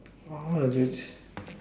!wah! what a bitch